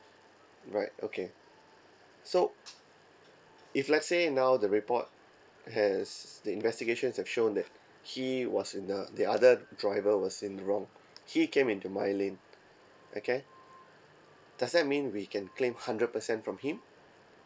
right okay so if let's say now the report has the investigation has like shown that he was in the the other driver was in wrong he came into my lane okay does that mean we can claim hundred percent from him